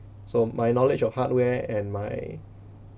so my knowledge of hardware and my